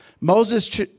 Moses